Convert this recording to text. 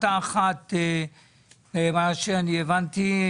עמותה אחת, ממה שהבנתי.